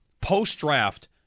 post-draft